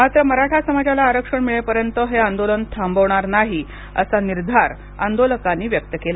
मात्र मराठा समाजाला आरक्षण मिळेपर्यंत हे आंदोलन थांबवणार नाही असा निर्धार आंदोलकांनी व्यक्त केला